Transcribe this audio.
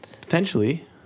Potentially